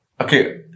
okay